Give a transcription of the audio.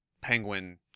Penguin